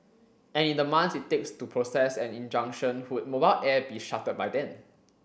and in the months it takes to process an injunction would Mobile Air be shuttered by then